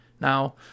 Now